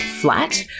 flat